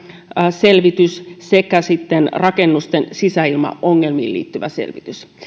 selvitys sekä sitten rakennusten sisäilmaongelmiin liittyvä selvitys